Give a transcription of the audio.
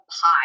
pie